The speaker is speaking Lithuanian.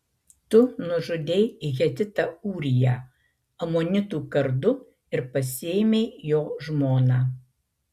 tu nužudei hetitą ūriją amonitų kardu ir pasiėmei jo žmoną